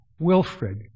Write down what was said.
Wilfred